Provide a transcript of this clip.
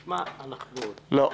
לא.